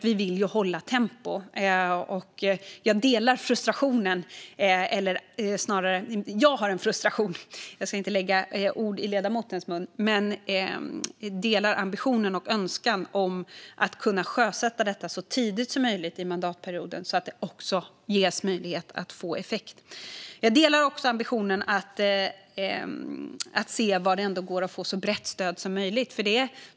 Vi vill hålla tempot uppe, och jag delar ledamotens ambition och önskan att kunna sjösätta detta så tidigt som möjligt under mandatperioden så att det också ges möjlighet att få effekt. Jag delar också ambitionen att få så brett stöd som möjligt.